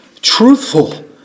truthful